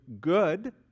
good